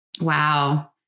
Wow